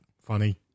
funny